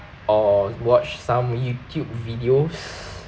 or watch some YouTube videos